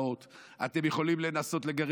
אתם יכולים לנסות להכניס אותנו לגטאות,